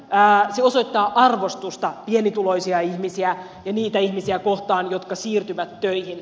se osoittaa arvostusta pienituloisia ihmisiä ja niitä ihmisiä kohtaan jotka siirtyvät töihin